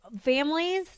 families